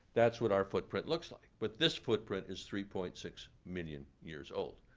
that's what our footprint looks like. but this footprint is three point six million years old.